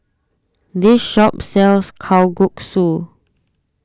this shop sells Kalguksu